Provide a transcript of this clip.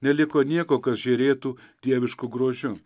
neliko nieko kas žerėtų dievišku grožiu